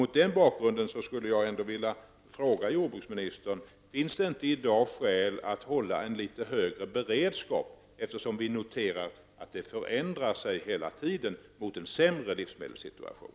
Mot den bakgrunden vill jag fråga jordbruksministern om det inte finns skäl att i dag hålla litet högre beredskap eftersom vi noterar att det sker en förändring mot en sämre livsmedelssituation.